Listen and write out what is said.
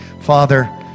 Father